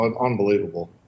unbelievable